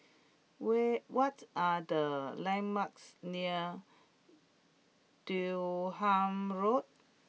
where what are the landmarks near Durham Road